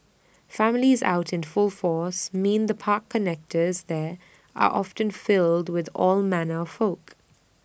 families out in full force mean the park connectors there are often filled with all manner of folk